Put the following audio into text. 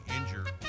injured